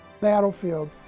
battlefield